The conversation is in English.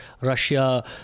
russia